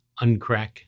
uncrack